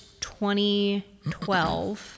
2012